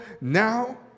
Now